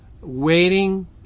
waiting